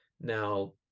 Now